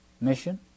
mission